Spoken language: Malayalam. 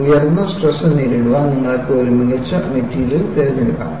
ഉയർന്ന സ്ട്രെസ് നേരിടാൻ നിങ്ങൾക്ക് ഒരു മികച്ച മെറ്റീരിയൽ തിരഞ്ഞെടുക്കാം